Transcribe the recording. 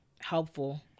helpful